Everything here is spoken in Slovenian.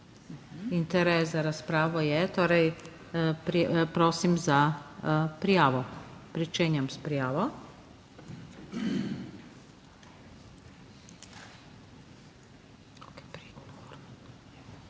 Interes za razpravo je, torej prosim za prijavo. Pričenjam s prijavo.